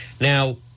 Now